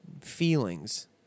feelings